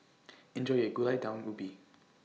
Enjoy your Gulai Daun Ubi